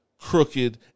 crooked